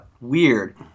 Weird